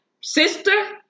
sister